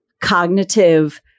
cognitive